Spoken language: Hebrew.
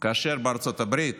כאשר בארצות הברית